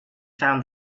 found